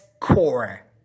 core